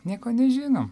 nieko nežinom